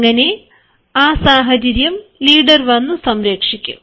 അങ്ങനെ ആ സാഹചര്യം ലീഡർ വന്നു സംരക്ഷിക്കും